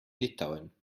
litauen